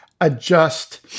adjust